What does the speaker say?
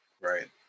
Right